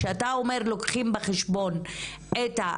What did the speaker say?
כשאתה אומר שלוקחים בחשבון את היישובים הסמוכים,